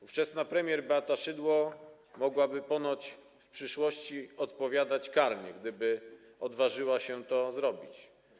Ówczesna premier Beata Szydło mogłaby ponoć w przyszłości odpowiadać karnie, gdyby odważyła się to zrobić.